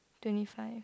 twenty five